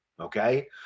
Okay